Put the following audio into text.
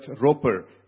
Roper